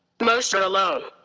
most are alone.